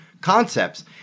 concepts